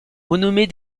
renommées